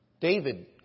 David